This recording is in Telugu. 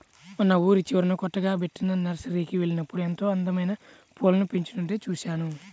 మొన్న ఊరి చివరన కొత్తగా బెట్టిన నర్సరీకి వెళ్ళినప్పుడు ఎంతో అందమైన పూలను పెంచుతుంటే చూశాను